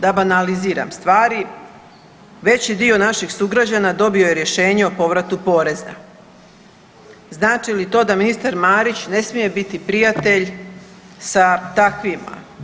Da banaliziram stvari, veći dio naših sugrađana dobio je rješenje o povratu poreza, znači li to da ministar Marić ne smije biti prijatelj sa takvima?